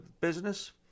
business